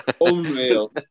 unreal